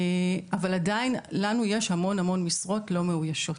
אבל עדיין לנו יש המון המון משרות לא מאויישות,